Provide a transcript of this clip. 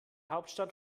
hauptstadt